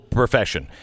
profession